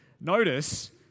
notice